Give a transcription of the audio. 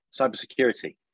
Cybersecurity